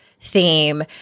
theme